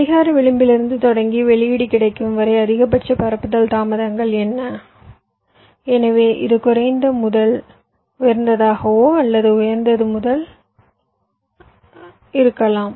கடிகார விளிம்பிலிருந்து தொடங்கி வெளியீடு கிடைக்கும் வரை அதிகபட்ச பரப்புதல் தாமதங்கள் என்ன எனவே இது குறைந்த முதல் உயர்ந்ததாகவோ அல்லது உயர்ந்ததாகவோ இருக்கலாம்